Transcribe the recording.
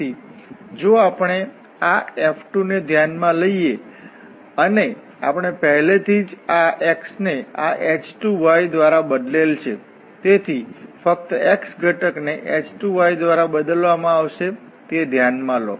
તેથી જો આપણે આ F2 ને ધ્યાનમાં લઈએ અને આપણે પહેલાથી જ આ x ને આ h2 દ્વારા બદલેલ છે તેથી ફક્ત x ઘટકને h2 દ્વારા બદલવામાં આવશે તે ધ્યાનમાં લો